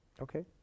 Okay